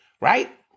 right